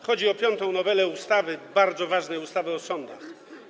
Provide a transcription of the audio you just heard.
Chodzi o piątą nowelę ustawy, bardzo ważnej ustawy o sądach.